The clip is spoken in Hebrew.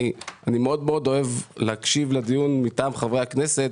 אני מאוד אוהב להקשיב לדיון מטעם חברי הכנסת,